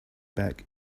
back